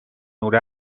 نور